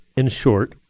in short,